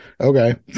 okay